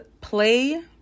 play